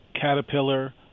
Caterpillar